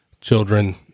Children